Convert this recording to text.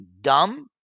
dumb